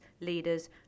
leaders